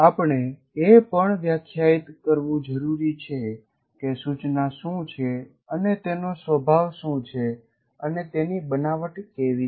આપણે એ પણ વ્યખ્યાયિત કરવું જરૂરી છે કે સૂચના શું છે અને તેનો સ્વભાવ શું છે અને તેની બનાવટ કેવી છે